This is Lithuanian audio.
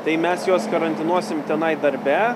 tai mes juos karantinuosim tenai darbe